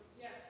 Yes